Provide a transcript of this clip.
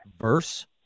verse